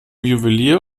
juwelier